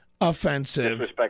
offensive